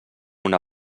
una